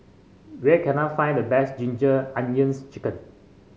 where can I find the best Ginger Onions chicken